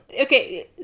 Okay